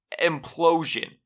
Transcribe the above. implosion